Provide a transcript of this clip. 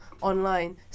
online